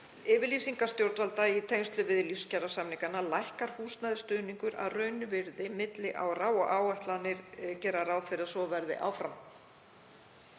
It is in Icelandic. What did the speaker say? yfirlýsingar stjórnvalda í tengslum við lífskjarasamninga lækkar húsnæðisstuðningur að raunvirði milli ára og áætlanir gera ráð fyrir að svo verði áfram.